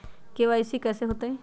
KYC कैसे होतई?